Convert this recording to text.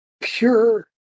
pure